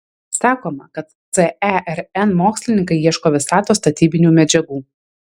sakoma kad cern mokslininkai ieško visatos statybinių medžiagų